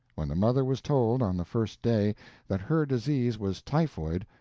when the mother was told on the first day that her disease was typhoid,